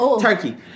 Turkey